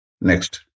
next